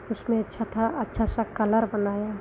उसमें अच्छा था अच्छा सा कलर बनाया